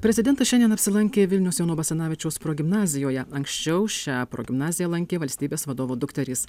prezidentas šiandien apsilankė vilniaus jono basanavičiaus progimnazijoje anksčiau šią progimnaziją lankė valstybės vadovų dukterys